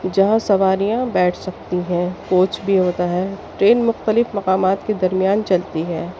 جہاں سواریاں بیٹھ سکتی ہیں کوچ بھی ہوتا ہے ٹرین مختلف مقامات کے درمیان چلتی ہے